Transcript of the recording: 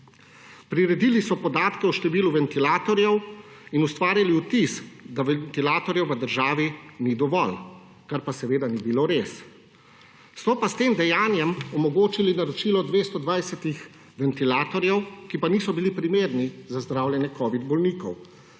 Priredili so podatke o številu ventilatorjev in ustvarili vtis, da ventilatorjev v državi ni dovolj, kar pa seveda ni bilo res. So pa s tem dejanjem omogočili naročilo 220 ventilatorjev, ki pa niso bili primerni za zdravljenje covidnih bolnikov,